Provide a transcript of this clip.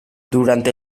durante